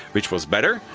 which was better,